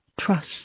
Trust